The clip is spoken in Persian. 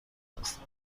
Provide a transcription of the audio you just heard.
هستم